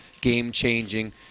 game-changing